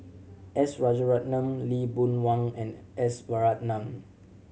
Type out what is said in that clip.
S Rajaratnam Lee Boon Wang and S Varathan